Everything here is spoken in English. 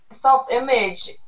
self-image